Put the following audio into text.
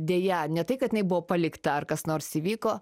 deja ne tai kad jinai buvo palikta ar kas nors įvyko